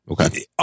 Okay